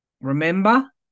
Remember